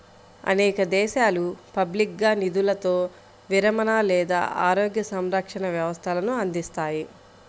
అనేక దేశాలు పబ్లిక్గా నిధులతో విరమణ లేదా ఆరోగ్య సంరక్షణ వ్యవస్థలను అందిస్తాయి